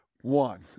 one